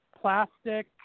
plastic